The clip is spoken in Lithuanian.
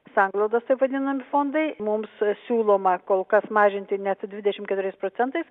sanglaudos taip vadinami fondai mums siūloma kol kas mažinti net dvidešim keturiais procentais